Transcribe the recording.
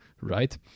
Right